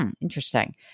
Interesting